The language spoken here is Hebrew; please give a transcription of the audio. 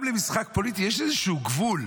גם למשחק פוליטי יש איזשהו גבול.